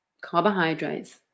carbohydrates